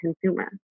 consumer